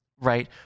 right